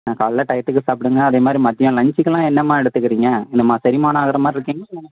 ஆ காலைல டையத்துக்கு சாப்பிடுங்க அதேமாதிரி மதியம் லன்ச்சிக்கெல்லாம் என்னம்மா எடுத்துக்குறீங்க என்னம்மா செரிமான ஆகிற மாதிரி இருக்கா இல்லை